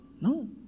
No